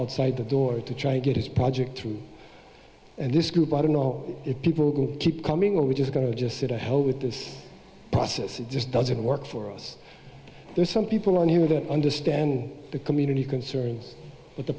outside the door to try to get his project through and this group i don't know if people keep coming or we're just going to just sit a hell with this process it just doesn't work for us there's some people on here that understand the community concerned with the